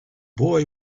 boy